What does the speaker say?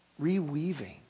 reweaving